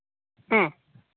ᱦᱚᱸ